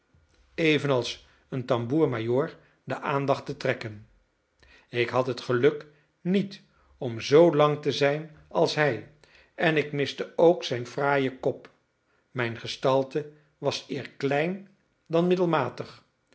evenals een tamboer-majoor de aandacht te trekken ik had het geluk niet om zoo lang te zijn als hij en ik miste ook zijn fraaien kop mijn gestalte was eer klein dan middelmatig